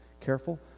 careful